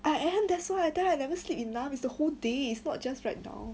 I am that's why I tell you I never sleep enough is the whole day is not just now